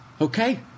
okay